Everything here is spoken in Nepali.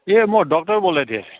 ए म डक्टर बोल्दै थिएँ